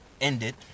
ended